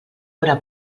haurà